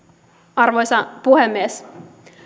arvoisa puhemies